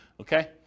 Okay